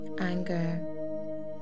anger